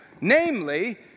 Namely